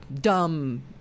dumb